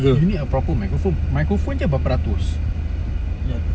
you need a proper microphone microphone jer berapa ratus